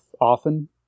often